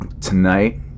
tonight